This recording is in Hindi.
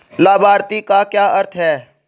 लाभार्थी का क्या अर्थ है?